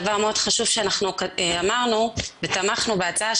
דבר מאוד חשוב שאנחנו אמרנו ותמכנו בהצעה,